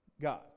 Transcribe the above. God